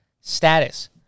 status